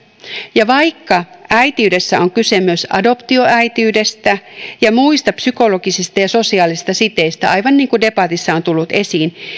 ja vaikka äitiydessä on kyse myös adoptioäitiydestä ja muista psykologisista ja sosiaalisista siteistä aivan niin kuin debatissa on tullut esiin